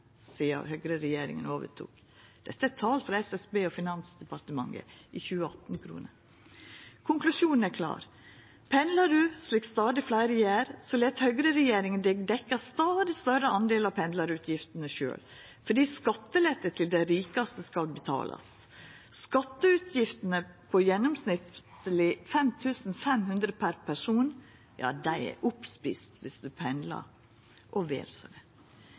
sidan høgreregjeringa overtok. Dette er tal frå SSB og Finansdepartementet i 2018-kroner. Konklusjonen er klar: Pendlar ein, slik stadig fleire gjer, let høgreregjeringa ein dekka stadig større del av pendlarutgiftene sjølv, fordi skattelette til dei rikaste skal betalast. Skatteutgiftene på gjennomsnittleg 5 500 kr per person, er oppetne viss ein pendlar – og vel så det. Det er